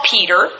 Peter